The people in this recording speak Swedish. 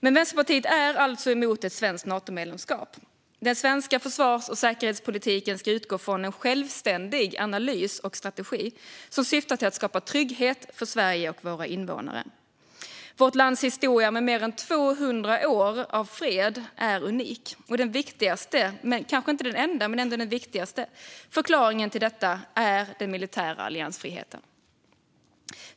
Men Vänsterpartiet är alltså emot ett svenskt Natomedlemskap. Den svenska försvars och säkerhetspolitiken ska utgå från en självständig analys och strategi som syftar till att skapa trygghet för Sverige och dess invånare. Vårt lands historia med mer än 200 år av fred är unik, och en av de viktigaste förklaringarna till detta är den militära alliansfriheten.